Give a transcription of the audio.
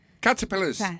Caterpillars